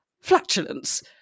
flatulence